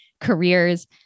careers